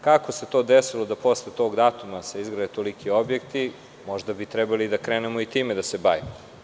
Kako se to desilo, da posle tog datuma se izgrade toliki objekti, možda bi trebali da krenemo i time da se bavimo.